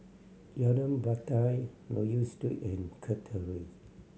Jalan Batai Loke Yew Street and Kirk Terrace